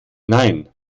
hinein